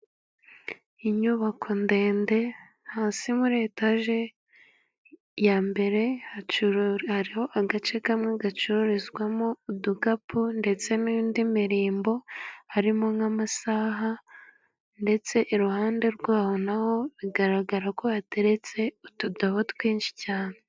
Inyubako ndende hasi muri etaje ya mbere, hariho agace kamwe gacururizwamo udukapu ndetse n'indi mirimbo, harimo nk'amasaha, ndetse iruhande rwaho naho bigaragara ko hateretse utudobo twinshi cyane.